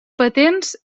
patents